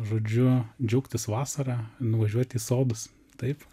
žodžiu džiaugtis vasara nuvažiuoti į sodus taip